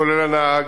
כולל הנהג.